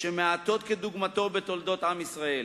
שמעטים דוגמתו בתולדות עם ישראל.